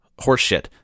horseshit